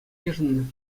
йышӑннӑ